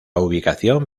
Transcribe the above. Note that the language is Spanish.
ubicación